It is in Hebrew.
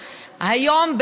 והיום,